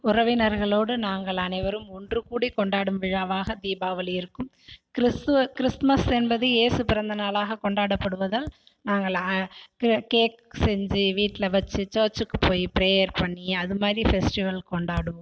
உறவினர்களோடு நாங்கள் அனைவரும் ஒன்றுகூடி கொண்டாடும் விழாவாக தீபாவளி இருக்கும் கிறிஸ்த்துவ கிறிஸ்த்மஸ் என்பது ஏசு பிறந்த நாளாக கொண்டாடப்படுவதால் நாங்கள் கேக் செஞ்சு வீட்டில வச்சு சர்ச்சிக்கு போய் ப்ரேயர் பண்ணி அதுமாதிரி ஃபெஸ்ட்டிவல் கொண்டாடுவோம்